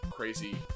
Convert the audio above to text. crazy